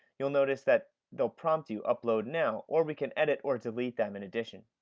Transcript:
you'll notice that they'll prompt you, upload now, or we can edit or delete them in addition.